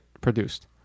produced